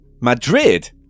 Madrid